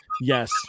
Yes